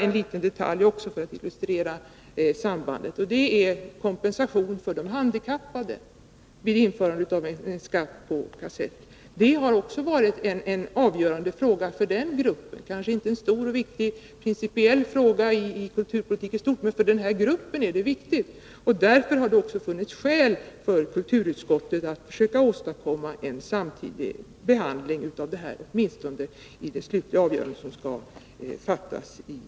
En detalj som också kan illustrera sambandet är frågan om kompensationen till de handikappade vid införande av skatt på kassetter. Det är kanske inte en stor fråga på kulturpolitikens område i stort, men för den här gruppen är det en viktig fråga. Det har sammanfattningsvis funnits en rad skäl för kulturutskottet att försöka åstadkomma en samtidig behandling av ärendet, åtminstone när det gäller det slutliga avgörandet som skall ske i kammaren.